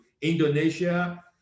Indonesia